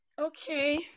okay